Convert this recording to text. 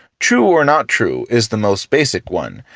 true or not true is the most basic one,